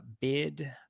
bid